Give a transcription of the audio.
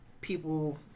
people